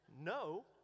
No